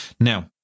Now